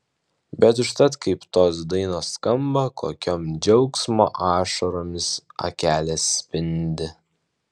bet užtat kaip tos dainos skamba kokiom džiaugsmo ašaromis akelės spindi